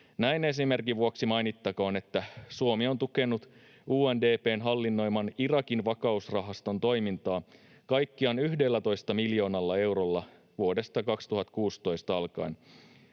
Näin esimerkin vuoksi mainittakoon, että Suomi on tukenut UNDP:n hallinnoiman Irakin vakausrahaston toimintaa kaikkiaan 11 miljoonalla eurolla vuodesta 2016 alkaen,